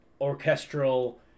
orchestral